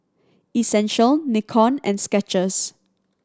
Essential Nikon and Skechers